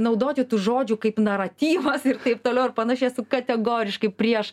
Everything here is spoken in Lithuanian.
naudoti tų žodžių kaip naratyvas ir taip toliau ir panašiai esu kategoriškai prieš